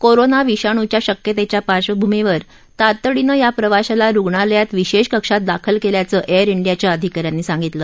corona विषाणूच्या शक्यतेच्या पार्श्वभूमीवर तातडीनं या प्रवाश्याला रुग्णालयात विशेष कक्षात दाखल केल्याचं एअर हियाच्या अधिका यानं सांगितलं